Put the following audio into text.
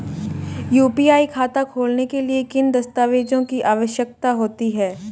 UPI खाता खोलने के लिए किन दस्तावेज़ों की आवश्यकता होती है?